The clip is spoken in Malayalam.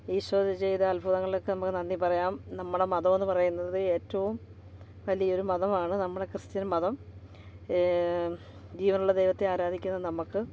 ഈശോ ചെയ്ത അത്ഭുതങ്ങൾക്ക് നമുക്ക് നന്ദി പറയാം നമ്മുടെ മതമെന്ന് പറയുന്നത് ഏറ്റോം വലിയൊരു മതമാണ് നമ്മുടെ ക്രിസ്ത്യൻ മതം ജീവനുള്ള ദൈവത്തെ ആരാധിക്കുന്ന നമുക്ക്